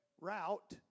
route